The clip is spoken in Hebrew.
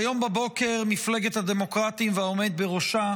היום בבוקר מפלגת הדמוקרטים והעומד בראשה,